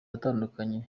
atandukanye